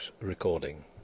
recording